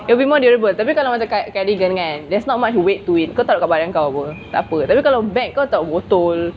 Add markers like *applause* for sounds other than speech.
it will be more durable tapi kalau cardigan kan there's not much weight to it kau taruk kat badan kau [pe] *noise* tapi kalau bag kau letak botol